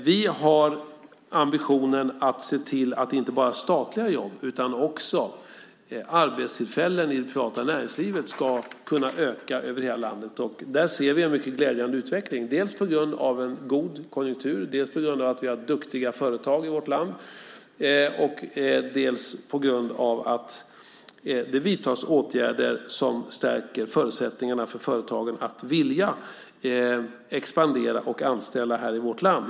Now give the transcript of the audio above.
Vi har ambitionen att se till att inte bara statliga jobb utan också arbetstillfällen i det privata näringslivet ska kunna öka över hela landet. Där ser vi en mycket glädjande utveckling dels på grund av en god konjunktur, dels på grund av att vi har duktiga företag i vårt land, dels på grund av att det vidtas åtgärder som stärker förutsättningarna för företagen att vilja expandera och anställa här i vårt land.